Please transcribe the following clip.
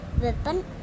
weapon